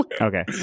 okay